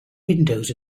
windows